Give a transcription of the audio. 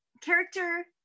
character